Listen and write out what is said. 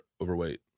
overweight